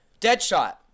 Deadshot